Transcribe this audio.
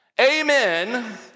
Amen